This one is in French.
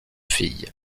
filles